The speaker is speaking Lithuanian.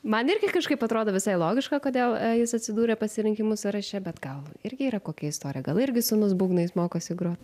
man irgi kažkaip atrodo visai logiška kodėl jis atsidūrė pasirinkimų sąraše bet gal irgi yra kokia istorija gal irgi sūnus būgnais mokosi grot